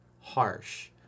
harsh